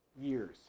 years